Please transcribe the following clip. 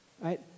right